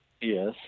Yes